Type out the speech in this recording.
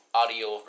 audio